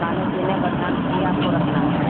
खाने पीने का ध्यान भी आपको रखना है